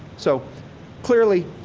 so clearly,